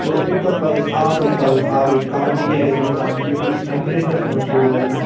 گوٚو امہ پَتہٕ پَزِ اَسہِ آبچ پَرٕن آبچ کالٹی کیاہ گَژھِ امس آسٕن یہِ کۭتِس ٹیٚمپریچرَس مَنٛز چھ روزان